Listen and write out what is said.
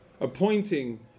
appointing